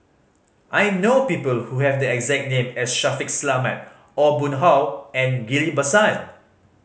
I know people who have the exact name as Shaffiq Selamat Aw Boon Haw and Ghillie Basan